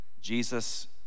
Jesus